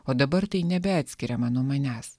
o dabar tai nebeatskiriama nuo manęs